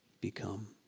become